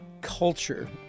culture